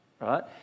right